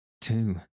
Two